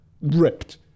ripped